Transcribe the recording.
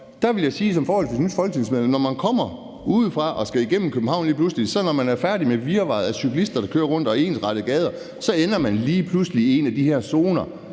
Der vil jeg sige som forholdsvis nyt folketingsmedlem, at når man kommer udefra og skal igennem København, så ender man, når man er færdig med virvaret af cyklister, der kører rundt, og ensrettede gader, lige pludselig i en af de her zoner,